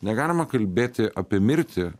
negalima kalbėti apie mirtį